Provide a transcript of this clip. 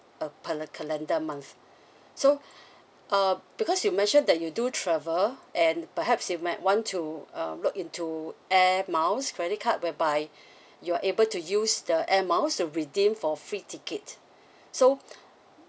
uh per uh calendar month so uh because you mentioned that you do travel and perhaps you might want to um look into air miles credit card whereby you are able to use the air miles to redeem for free tickets so